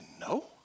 no